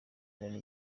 cyenda